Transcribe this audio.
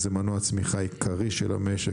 זה מנוע הצמיחה העיקרי של המשק,